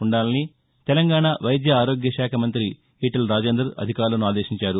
ఉండాలని తెలంగాణ వైద్య ఆరోగ్యశాఖ మంతి ఈటెల రాజేందర్ అధికారులను ఆదేశించారు